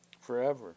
forever